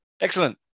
Excellent